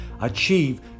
achieve